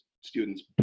students